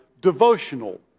devotional